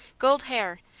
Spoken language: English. gold hair,